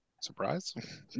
surprise